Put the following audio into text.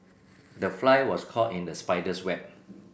the fly was caught in the spider's web